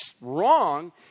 wrong